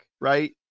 right